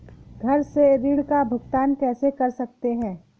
घर से ऋण का भुगतान कैसे कर सकते हैं?